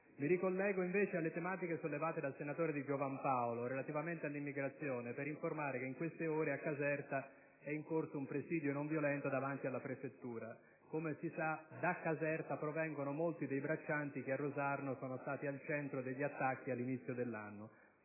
Riagganciandomi alle tematiche sollevate dal senatore Di Giovan Paolo relativamente all'immigrazione, desidero informare che in queste ore a Caserta è in corso un presidio non violento davanti alla prefettura. Come è noto, da Caserta provengono molti dei braccianti che a Rosarno sono stati al centro degli attacchi all'inizio dell'anno,